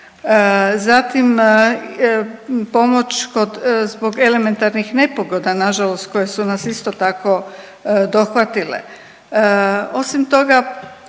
zatim pomoć kod zbog elementarnih nepogoda nažalost koje su nas isto tako dohvatile. Osim toga